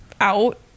out